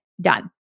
Done